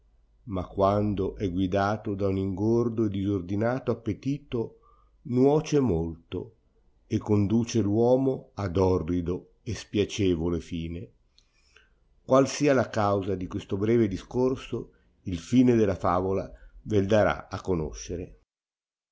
ma quando è guidato da uno ingordo e disordinato appetito nuoce molto e conduce l uomo ad orrido e spiacevole fine qual sia la causa di questo breve discorso il fine della favola vel darà a conoscere